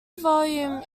volume